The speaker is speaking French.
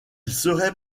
serait